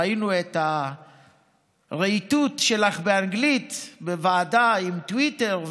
ראינו את הרהיטות שלך באנגלית בוועדה עם טוויטר,